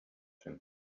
can